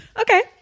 Okay